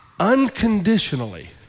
unconditionally